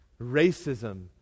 racism